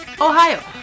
Ohio